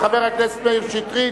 של חבר הכנסת מאיר שטרית.